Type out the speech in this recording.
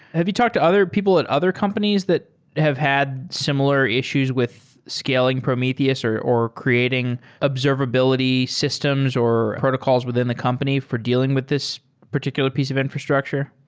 have you talked to other people at other companies that have had similar issues with scaling prometheus or or creating observability systems or protocols within the company for dealing with this particular piece of infrastructure?